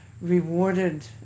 rewarded